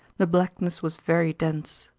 the blackness was very dense.